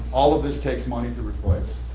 all of this takes money to replace.